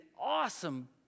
awesome